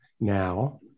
now